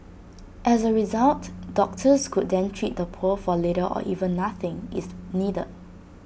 as A result doctors could then treat the poor for little or even nothing if needed